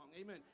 amen